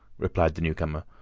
replied the newcomer,